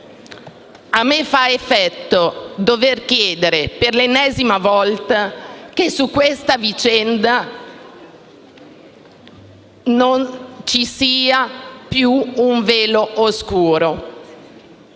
A me fa effetto dover chiedere per l'ennesima volta che su questa vicenda non ci sia più un velo oscuro.